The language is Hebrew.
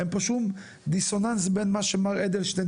אין פה שום דיסוננס בין מה שמר אדלשטיין